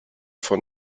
von